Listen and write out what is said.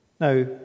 Now